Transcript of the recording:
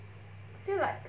feel like